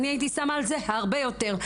אני הייתי שמה על זה הרבה יותר.